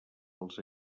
els